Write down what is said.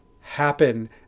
happen